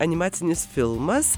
animacinis filmas